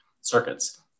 circuits